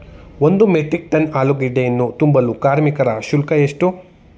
ಒಂದು metric ton ಆಲೂಗೆಡ್ಡೆಯನ್ನು ತುಂಬಲು ಕಾರ್ಮಿಕರ ಶುಲ್ಕ ಎಷ್ಟು?